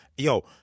Yo